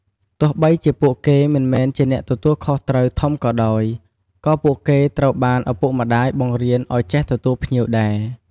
ទោះបីជាពួកគេមិនមែនជាអ្នកទទួលខុសត្រូវធំក៏ដោយ ក៏ពួកគេត្រូវបានឪពុកម្តាយបង្រៀនឲ្យចេះទទួលភ្ញៀវដែរ។